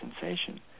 sensation